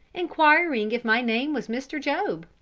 inquiring if my name was mr. job?